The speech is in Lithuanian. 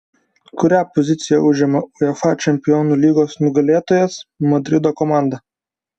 kurią poziciją užima uefa čempionų lygos nugalėtojas madrido komanda